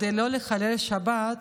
כדי לא לחלל שבת,